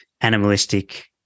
animalistic